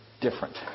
different